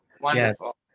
Wonderful